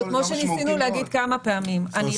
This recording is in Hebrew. וכמו שניסינו להגיד כמה פעמים --- אתה